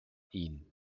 ihn